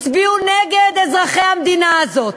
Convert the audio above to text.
הצביעו נגד אזרחי המדינה הזאת,